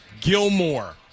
Gilmore